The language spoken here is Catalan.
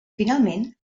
finalment